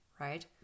right